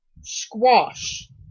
Squash